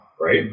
Right